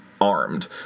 armed